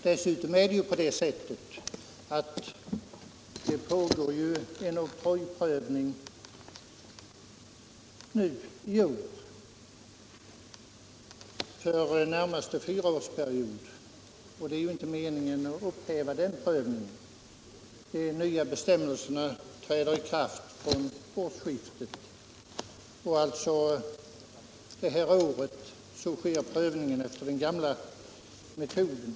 Dessutom skall ju en oktrojprövning ske i år för den närmaste fyraårsperioden, och det är ju inte meningen att resultatet av den prövningen skall ogiltigförklaras. De nya bestämmelserna träder i kraft fr.o.m. årsskiftet, och detta år sker prövningen alltså enligt den gamla metoden.